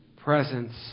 presence